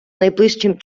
найближчим